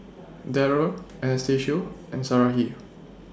Darrell Anastacio and Sarahi